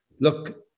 look